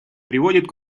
приводит